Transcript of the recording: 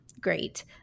great